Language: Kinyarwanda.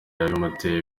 yabimuteye